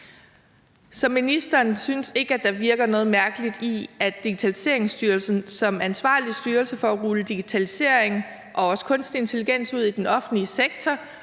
Så ministeren synes ikke, at der ligger noget mærkeligt i, at Digitaliseringsstyrelsen som ansvarlig styrelse for at rulle digitalisering og også kunstig intelligens ud i den offentlige sektor,